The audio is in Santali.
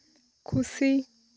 ᱠᱷᱩᱥᱤ